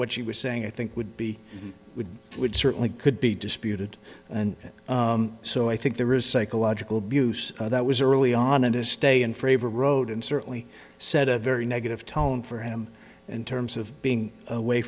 what she was saying i think would be would would certainly could be disputed and so i think there is psychological abuse that was early on in his stay in favor road and certainly set a very negative tone for him in terms of being away